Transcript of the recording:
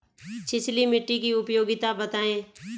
छिछली मिट्टी की उपयोगिता बतायें?